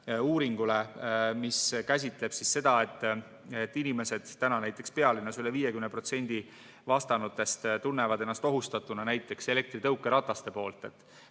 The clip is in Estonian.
uuringule, mis käsitleb seda, et inimesed, näiteks pealinnas üle 50% vastanutest tunnevad ennast ohustatuna elektritõukerataste poolt.